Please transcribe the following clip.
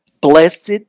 Blessed